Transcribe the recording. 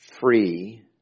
free